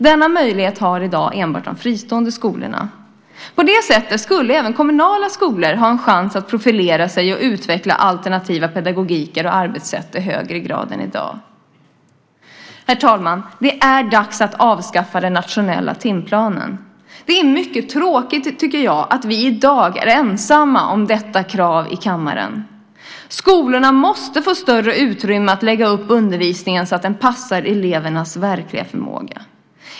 Denna möjlighet har i dag enbart de fristående skolorna. På det sättet skulle även kommunala skolor ha en chans att profilera sig och utveckla alternativa pedagogiker och arbetssätt i högre grad än i dag. Herr talman! Det är dags att avskaffa den nationella timplanen. Det är mycket tråkigt, tycker jag, att vi i dag är ensamma om detta krav i kammaren. Skolorna måste få större utrymme att lägga upp undervisningen så att den passar elevernas verkliga förmåga.